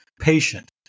patient